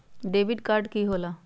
Debit card की होला?